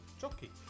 jockey